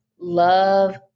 love